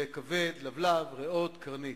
כבד, לבלב, ריאות, קרנית.